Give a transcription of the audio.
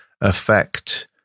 affect